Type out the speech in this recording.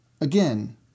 again